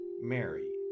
Mary